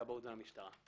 הכבאות והמשטרה.